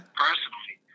personally